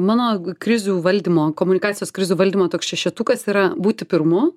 mano krizių valdymo komunikacijos krizių valdymo toks šešetukas yra būti pirmu